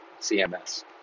CMS